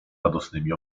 radosnymi